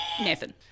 Nathan